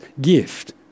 gift